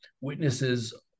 witnesses